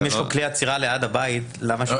אם יש לו כלי אצירה ליד הבית אז למה שהוא לא יזרוק שם?